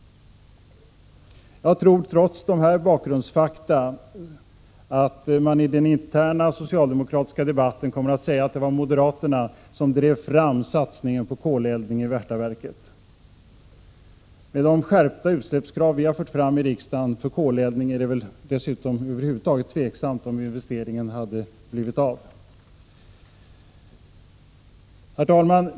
Trots dessa bakgrundsfakta, tror jag att man i den interna socialdemokratiska debatten kommer att säga att det var moderaterna som drev fram satsningen på koleldningen i Värtaverket. Med de skärpta utsläppskrav för koleldning som vi har fört fram i riksdagen, är det dessutom tvivelaktigt om investeringen blivit av. Herr talman!